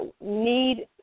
need